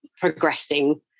progressing